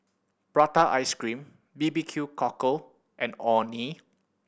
prata ice cream B B Q Cockle and Orh Nee